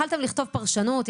יכולתם לכתוב פרשנות,